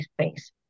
space